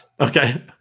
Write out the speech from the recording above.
Okay